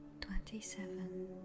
twenty-seven